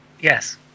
Yes